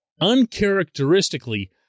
uncharacteristically